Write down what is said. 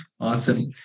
awesome